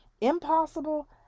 impossible